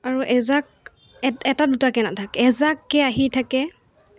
আৰু এজাক এটা দুটাকৈ নাথাকে এজাককৈ আহি থাকে